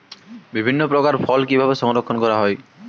বিভিন্ন প্রকার ফল কিভাবে সংরক্ষণ করা হয়?